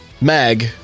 mag